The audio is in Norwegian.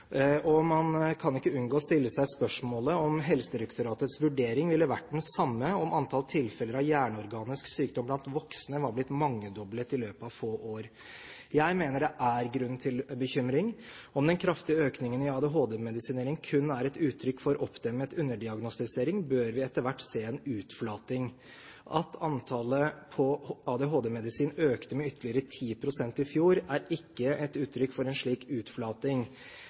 og man kan ikke unngå å stille seg spørsmålet om Helsedirektoratets vurdering ville vært den samme om antall tilfeller av hjerneorganisk sykdom blant voksne var blitt mangedoblet i løpet av få år. Jeg mener det er grunn til bekymring. Om den kraftige økningen i ADHD-medisinering kun er et uttrykk for oppdemmet underdiagnostisering, bør vi etter hvert se en utflating. At antallet på ADHD-medisin økte med ytterligere 10 pst. i fjor, er ikke et uttrykk for en slik utflating.